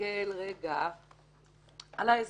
להסתכל רגע על ההסבר.